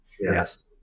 Yes